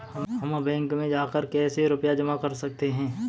हम बैंक में जाकर कैसे रुपया जमा कर सकते हैं?